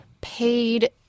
paid